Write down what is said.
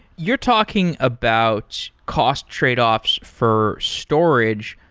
you're talking about cost tradeoffs for storage.